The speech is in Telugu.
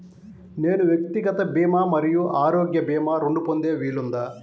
నేను వ్యక్తిగత భీమా మరియు ఆరోగ్య భీమా రెండు పొందే వీలుందా?